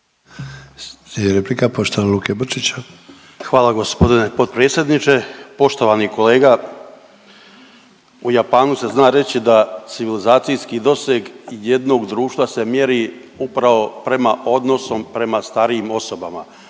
Hvala g. potpredsjedniče. Poštovani kolega, u Japanu se zna reći da civilizacijski doseg jednog društva se mjeri upravo prema odnosom prema starijim osobama,